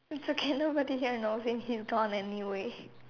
it's okay nobody here knows and he's gone anyway